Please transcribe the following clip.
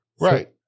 Right